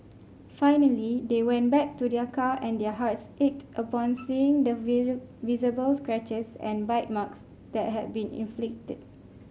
finally they went back to their car and their hearts ached upon seeing the visual visible scratches and bite marks that had been inflicted